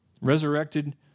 resurrected